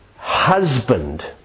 husband